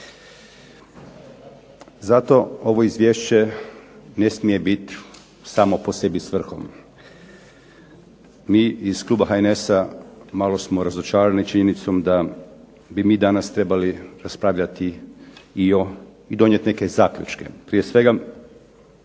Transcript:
Zato ovo izvješće ne smije biti samo po sebi svrhom. Mi iz kluba HNS-a malo smo razočarani činjenicom da bi mi danas trebali raspravljati i donijeti neke zaključke. Prije svega